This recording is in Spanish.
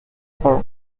por